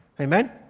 Amen